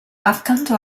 accanto